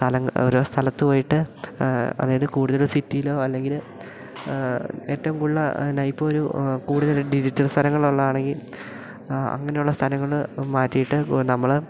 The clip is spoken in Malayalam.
സ്ഥലങ്ങൾ ഓരോ സ്ഥലത്ത് പോയിട്ട് അതായത് കൂടുതൽ സിറ്റിയിലോ അല്ലെങ്കിൽ ഏറ്റവും കൂടുതൽ ന്നെ ഇപ്പം ഒരു കൂടുതലും ഡിജിറ്റൽ സ്ഥലങ്ങളുള്ളതാണെങ്കിൽ അങ്ങനെയുള്ള സ്ഥലങ്ങൾ മാറ്റിയിട്ട് നമ്മൾ